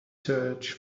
search